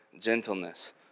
gentleness